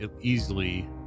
easily